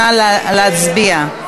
נא להצביע.